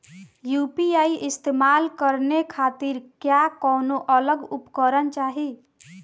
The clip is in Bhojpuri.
यू.पी.आई इस्तेमाल करने खातिर क्या कौनो अलग उपकरण चाहीं?